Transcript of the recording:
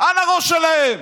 על הראש שלהם.